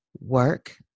work